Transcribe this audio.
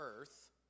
earth